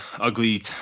ugly